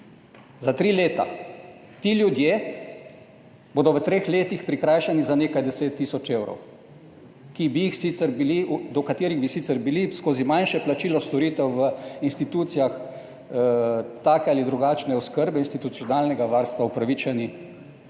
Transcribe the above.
Za tri leta. Ti ljudje bodo v treh letih prikrajšani za nekaj deset tisoč evrov, do katerih bi sicer bili skozi manjše plačilo storitev v institucijah take ali drugačne oskrbe institucionalnega varstva upravičeni v